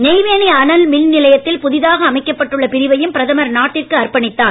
நெய்வேலி அனல் மின்நிலையத்தில் புதிதாக அமைக்கப் பட்டுள்ள பிரிவையும் பிரதமர் நாட்டிற்கு அர்ப்பணித்தார்